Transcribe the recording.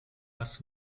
hast